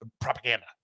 Propaganda